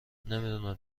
نمیدونم